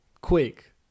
quick